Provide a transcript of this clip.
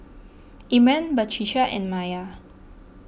Imran Batrisya and Maya